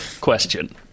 question